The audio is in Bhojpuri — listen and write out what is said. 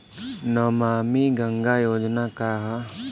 नमामि गंगा योजना का ह?